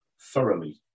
thoroughly